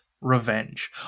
revenge